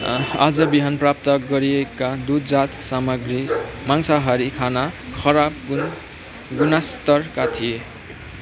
आज बिहान प्राप्त गरिएका दुधजात सामाग्री मांसाहारी खाना खराब गुण गुणस्तरका थिए